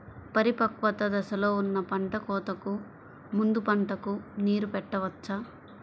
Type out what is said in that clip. పరిపక్వత దశలో ఉన్న పంట కోతకు ముందు పంటకు నీరు పెట్టవచ్చా?